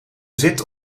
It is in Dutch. zit